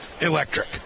electric